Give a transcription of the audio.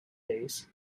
days